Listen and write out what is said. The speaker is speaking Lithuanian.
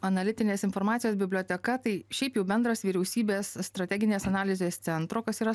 analitinės informacijos biblioteka tai šiaip jau bendras vyriausybės strateginės analizės centro kas yra